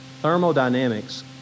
Thermodynamics